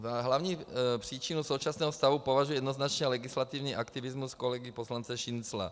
Za hlavní příčinu současného stavu považuji jednoznačně legislativní aktivismus kolegy poslance Šincla.